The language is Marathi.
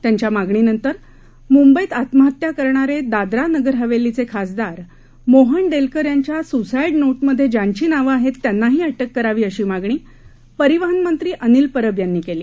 त्यांच्या मागणीनंतर मुंबईत आत्महत्या करणारे दादरा नगरहवेलीचे खासदार मोहन डेलकर यांच्या सुसाईड नोटमध्ये ज्यांची नावे आहेत त्यांनाही अटक करावी अशी मागणी परिवहन मंत्री अनिल परब यांनी केली